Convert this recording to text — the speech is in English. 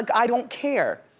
like i don't care.